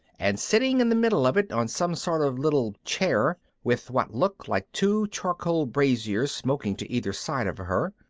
and sitting in the middle of it on some sort of little chair, with what looked like two charcoal braziers smoking to either side of her,